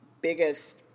biggest